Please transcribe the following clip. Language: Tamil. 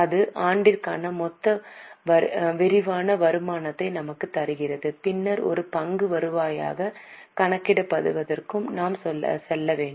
இது ஆண்டிற்கான மொத்த விரிவான வருமானத்தை நமக்கு தருகிறது பின்னர் ஒரு பங்குக்கு வருவாய் கணக்கிடுவதற்கு நாம் செல்ல வேண்டும்